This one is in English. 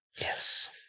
Yes